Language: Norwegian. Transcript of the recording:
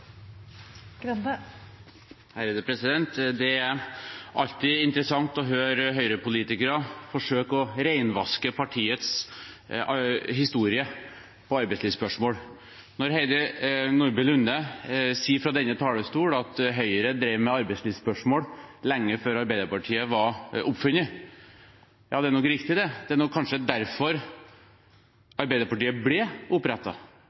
den enkelte. Det er alltid interessant å høre Høyre-politikere forsøke å renvaske partiets historie når det gjelder arbeidslivsspørsmål. Når Heidi Nordby Lunde sier fra denne talerstolen at Høyre drev med arbeidslivsspørsmål lenge før Arbeiderpartiet var oppfunnet, er det nok riktig. Det er kanskje derfor